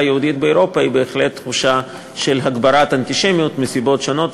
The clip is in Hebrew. היהודית באירופה היא בהחלט תחושה של התגברות האנטישמיות מסיבות שונות,